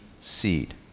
seed